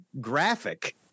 graphic